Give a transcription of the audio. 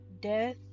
death